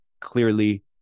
clearly